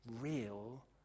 real